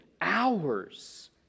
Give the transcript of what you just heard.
hours